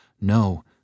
No